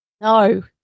No